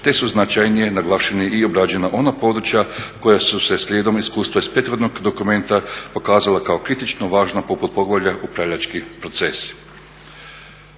te su značajnije naglašena i obrađena ona područja koja su se slijedom iskustva iz prethodnog dokumenta pokazala kao kritično važna poput poglavlja Upravljački procesi.